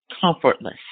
comfortless